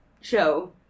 show